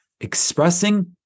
expressing